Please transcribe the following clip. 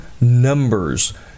numbers